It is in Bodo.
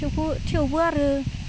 थेवबो थेवबो आरो